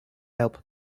help